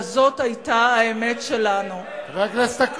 כי האמינו לנו, למה הוא בכלל הגיע לעזה?